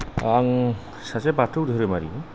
आं सासे बाथौ धोरोमारि